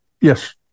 Yes